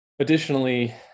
Additionally